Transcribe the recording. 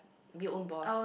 be your own boss